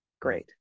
great